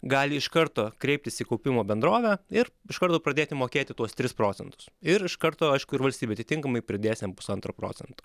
gali iš karto kreiptis į kaupimo bendrovę ir iš karto pradėti mokėti tuos tris procentus ir iš karto aišku ir valstybė atitinkamai pridės jam pusantro procento